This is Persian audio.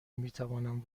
میتوانم